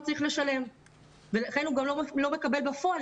צריך לשלם ולכן הוא גם לא מקבל בפועל,